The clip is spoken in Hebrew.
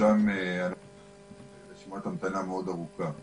ששם יש רשימת המתנה ארוכה מאוד